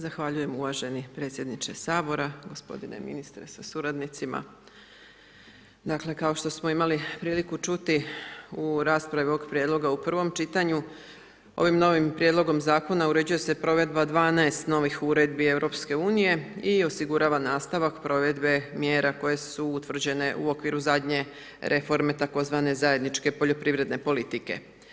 Zahvaljujem uvaženi predsjedniče sabora, gospodine ministre sa suradnicima, dakle kao što smo imali priliku čuti u raspravi ovog prijedloga u prvom čitanju, ovim novim prijedlogom zakona uređuje se provedba 12 novih uredbi EU i osigurava nastavak provedbe mjera koje su utvrđene u okviru zadnje reforme tzv. zajedničke poljoprivredne politike.